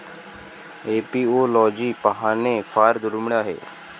apiology पाहणे फार दुर्मिळ आहे